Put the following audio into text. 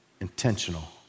intentional